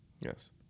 Yes